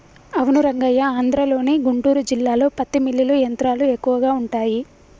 అవును రంగయ్య ఆంధ్రలోని గుంటూరు జిల్లాలో పత్తి మిల్లులు యంత్రాలు ఎక్కువగా ఉంటాయి